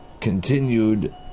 continued